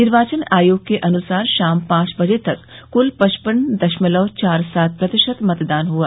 निर्वाचन आयोग के अनुसार शाम पांच बजे तक कूल पचपन दशमलव चार सात प्रतिशत मतदान हुआ